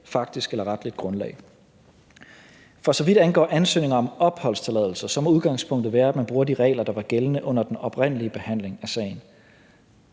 faktisk eller retligt grundlag. For så vidt angår ansøgninger om opholdstilladelser, må udgangspunktet være, at man bruger de regler, der var gældende under den oprindelige behandling af sagen.